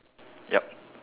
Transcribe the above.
yup